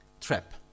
trap